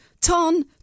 ton